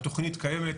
התכנית קיימת,